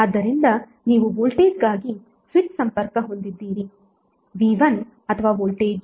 ಆದ್ದರಿಂದ ನೀವು ವೋಲ್ಟೇಜ್ಗಾಗಿ ಸ್ವಿಚ್ ಸಂಪರ್ಕ ಹೊಂದಿದ್ದೀರಿ V1 ಅಥವಾ ವೋಲ್ಟೇಜ್ V2